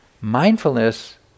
mindfulness